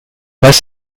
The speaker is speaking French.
pas